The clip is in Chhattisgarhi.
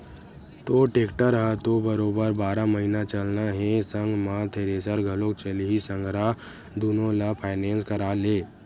तोर टेक्टर ह तो बरोबर बारह महिना चलना हे संग म थेरेसर घलोक चलही संघरा दुनो ल फायनेंस करा ले